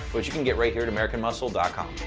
which you can get right here at americanmuscle and com.